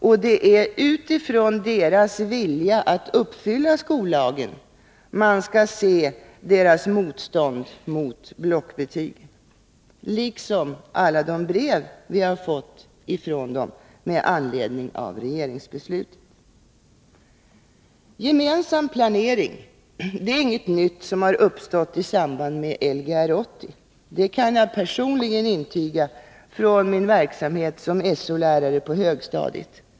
Och det är utifrån deras vilja att uppfylla skollagen man skall se deras motstånd mot blockbetygen, liksom alla de brev vi fått från dem med anledning av regeringsbeslutet. Gemensam planering är inget nytt som har uppstått i samband med Lgr 80. Det kan jag personligen intyga från min verksamhet som So-lärare på högstadiet.